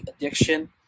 addiction